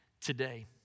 today